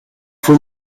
fue